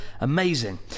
amazing